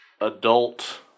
adult